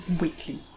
weekly